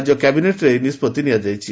ରାଜ୍ୟ କ୍ୟାବିନେଟ୍ରେ ଏହି ନିଷ୍ପଭି ନିଆଯାଇଛି